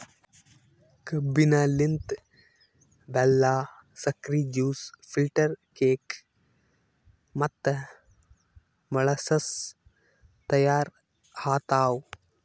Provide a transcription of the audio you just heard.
ಕಬ್ಬಿನ ಲಿಂತ್ ಬೆಲ್ಲಾ, ಸಕ್ರಿ, ಜ್ಯೂಸ್, ಫಿಲ್ಟರ್ ಕೇಕ್ ಮತ್ತ ಮೊಳಸಸ್ ತೈಯಾರ್ ಆತವ್